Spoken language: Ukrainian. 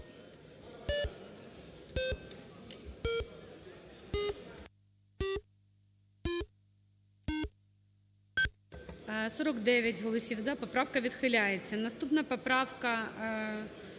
49 голосів "за". Поправка відхиляється. Наступна поправка